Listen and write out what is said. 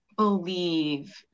believe